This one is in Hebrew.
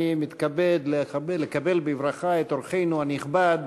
אני מתכבד לקבל בברכה את אורחנו הנכבד,